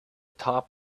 top